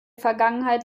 vergangenheit